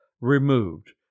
removed